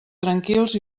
tranquils